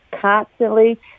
constantly